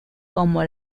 como